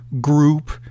group